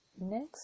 Next